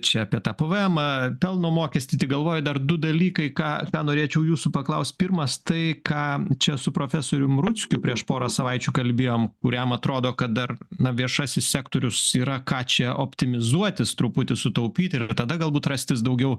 čia apie tą pvemą pelno mokestį tik galvoju dar du dalykai ką ką norėčiau jūsų paklaust pirmas tai ką čia su profesorium ručkiu prieš porą savaičių kalbėjom kuriam atrodo kad dar na viešasis sektorius yra ką čia optimizuotis truputį sutaupyti ir tada galbūt rastis daugiau